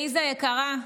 עליזה יקרה,